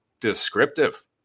descriptive